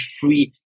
free